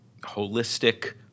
holistic